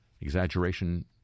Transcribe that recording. Exaggeration